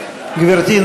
גברתי,